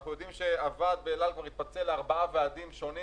אנחנו יודעים שהוועד באילת כבר התפצל לארבעה ועדים שונים